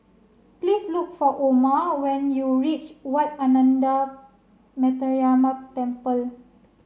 please look for Oma when you reach Wat Ananda Metyarama Temple